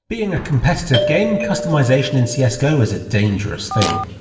being a competitive game, customisation in cs go is a dangerous thing.